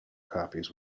copies